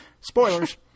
Spoilers